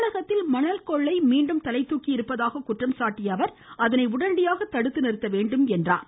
தமிழகத்தில் மணல் கொள்ளை மீண்டும் தலைதுாக்கியுள்ளதாக குற்றம் சாட்டிய அவர் அதனை உடனடியாக தடுத்து நிறுத்த வேண்டும் என்றார்